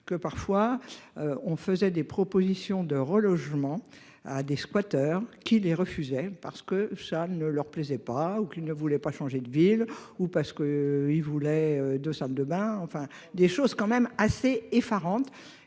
que parfois. On faisait des propositions de relogement à des squatters qui les refusait parce que ça ne leur plaisait pas ou qu'il ne voulait pas changer de ville ou parce qu'ils voulaient de salle de bain, enfin des choses quand même assez effarante